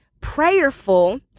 prayerful